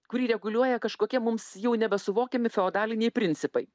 kurį reguliuoja kažkokie mums jau nebesuvokiami feodaliniai principai